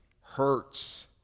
hurts